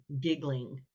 giggling